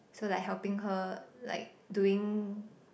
so like helping her like doing